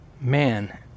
man